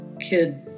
Kid